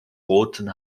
roten